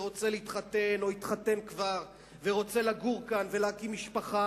רוצה להתחתן או התחתן כבר ורוצה לגור כאן ולהקים משפחה,